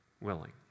willing